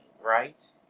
right